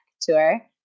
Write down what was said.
tour